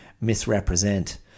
misrepresent